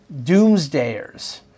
doomsdayers